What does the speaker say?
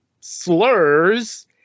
slurs